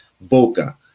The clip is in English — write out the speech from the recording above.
Boca